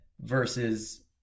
versus